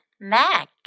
Mac